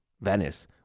Venice